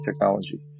technology